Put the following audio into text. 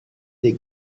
des